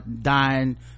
dying